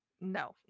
No